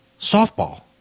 Softball